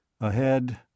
Ahead—